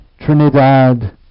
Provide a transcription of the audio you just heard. Trinidad